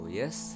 yes